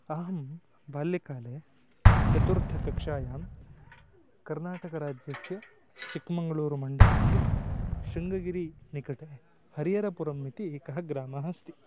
अहं बाल्यकाले चतुर्थकक्षायां कर्नाटकराज्यस्य चिक्कमङ्गळूरुमण्डलस्य शृङ्गगिरीनिकटे हरिहरपुरम् इति एकः ग्रामः अस्ति